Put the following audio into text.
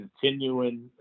continuing